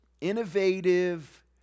innovative